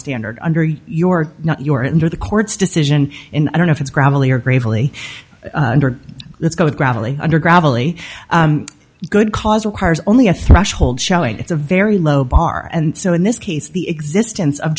under your not your into the court's decision and i don't know if it's gravelly or gravely let's go gravelly under gravelly good cause requires only a threshold shelling it's a very low bar and so in this case the existence of